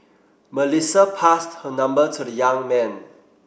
Melissa passed her number to the young man